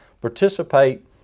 participate